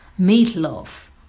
Meatloaf